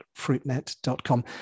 fruitnet.com